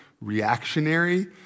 reactionary